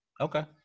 okay